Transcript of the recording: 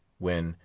when,